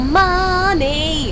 money